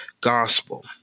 gospel